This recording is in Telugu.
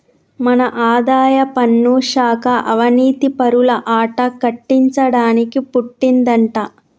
మన ఆదాయపన్ను శాఖ అవనీతిపరుల ఆట కట్టించడానికి పుట్టిందంటా